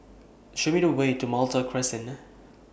Show Me The Way to Malta Crescent